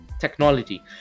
technology